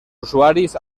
usuaris